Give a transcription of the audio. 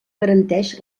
garanteix